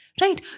right